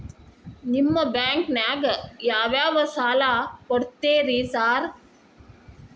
ನಿಮ್ಮ ಬ್ಯಾಂಕಿನಾಗ ಯಾವ್ಯಾವ ಸಾಲ ಕೊಡ್ತೇರಿ ಸಾರ್?